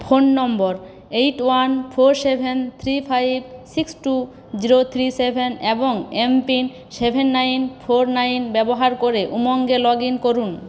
phone number eight one four seven three five six two zero three seven এবং MPIN seven nine four nine ব্যবহার করে উমঙ্গে log in করুন